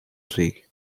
tree